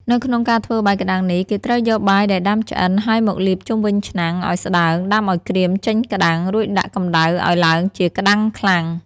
នៅក្នុងការធ្វើបាយក្តាំងនេះ គេត្រូវយកបាយដែរដាំឆ្អិនហើយមកលាបជុំវិញឆ្នាំងអោយស្តើងដាំអោយក្រៀមចេញក្ដាំង រួចដាក់កម្ដៅអោយឡើងជាក្ដាំងល្អ។